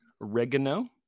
Oregano